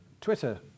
Twitter